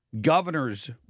governor's